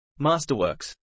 Masterworks